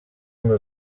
ngo